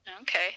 Okay